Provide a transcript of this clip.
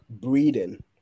breeding